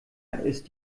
ist